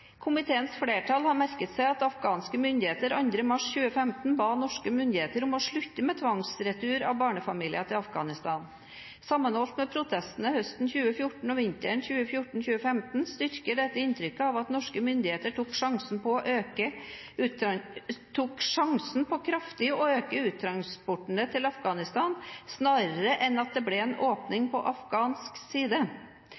flertall har merket seg at afghanske myndigheter 2. mars 2015 ba norske myndigheter om å slutte med tvangsreturer av barnefamilier til Afghanistan. Sammenholdt med protestene høsten 2014 og vinteren 2014/2015 styrker dette inntrykket av at norske myndigheter tok sjansen på kraftig å øke uttransportene til Afghanistan, snarere enn at det ble en åpning på afghansk side.»